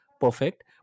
perfect